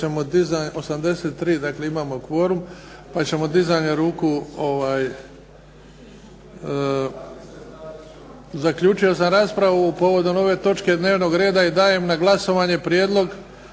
83 dakle imamo kvorum, pa ćemo dizanjem ruku. Zaključio sam raspravu povodom ove točke dnevnog reda i dajem na glasovanje Prijedlog